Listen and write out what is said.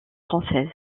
française